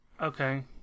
Okay